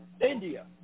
India